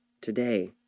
today